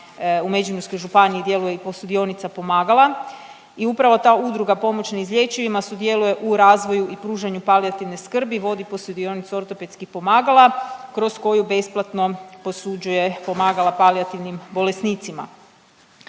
u Međimurskoj županiji djeluje i posudionica pomagala i upravo ta udruga pomoć neizlječivima sudjeluje u razvoju i pružanju palijativne skrbi, vodi posudionicu ortopedskih pomagala kroz koju besplatno posuđuju pomagala palijativnim bolesnicima.